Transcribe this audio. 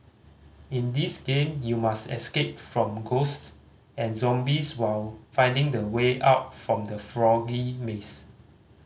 in this game you must escape from ghosts and zombies while finding the way out from the foggy maze